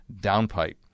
downpipe